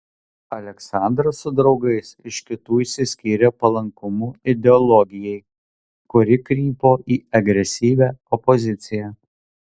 aleksandras su draugais iš kitų išsiskyrė palankumu ideologijai kuri krypo į agresyvią opoziciją